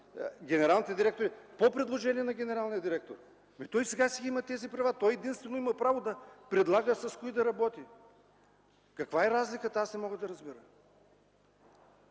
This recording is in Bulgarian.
по предложение на генералния директор. Ами, той сега си има тези права, той единствено има право да предлага с кого да работи. Каква е разликата, аз не мога да разбера?